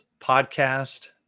podcast